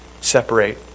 separate